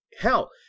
hell